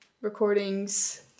recordings